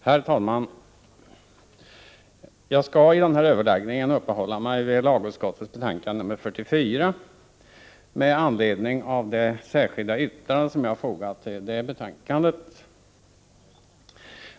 Herr talman! Jag skall i den här överläggningen uppehålla mig vid lagutskottets betänkande nr 44 och det särskilda yttrande som jag fogat till detta betänkande.